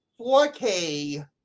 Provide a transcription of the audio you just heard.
4K